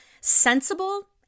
sensible